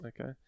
Okay